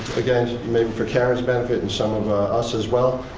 again, maybe for karen's benefit and some of ah us, as well,